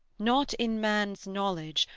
not in man's knowledge,